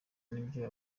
nibyo